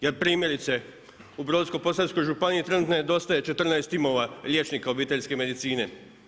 Ja primjerice u Brodsko posavskoj županiji trenutno nedostaje 14 timova liječnika obiteljske medicine.